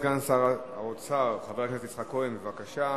סגן שר האוצר, חבר הכנסת יצחק כהן, בבקשה.